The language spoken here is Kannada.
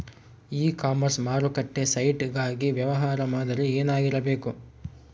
ಇ ಕಾಮರ್ಸ್ ಮಾರುಕಟ್ಟೆ ಸೈಟ್ ಗಾಗಿ ವ್ಯವಹಾರ ಮಾದರಿ ಏನಾಗಿರಬೇಕು?